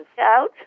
out